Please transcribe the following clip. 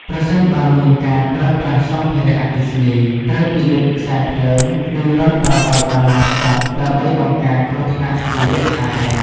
ប្រសិនបើមានការប្រើប្រាស់សម្ភារៈអគ្គិសនី ត្រូវពិនិត្យខ្សែភ្លើង និងរន្ធដោតឱ្យបានហ្មត់ចត់ដើម្បីបង្ការគ្រោះថ្នាក់ជាយថាហេតុ។